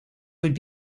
would